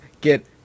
get